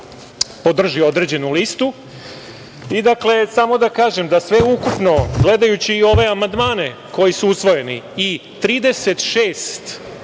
podrži određenu listu. Dakle, samo da kažem da sveukupno gledajući i ove amandmane koji su usvojeni i 36